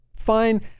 fine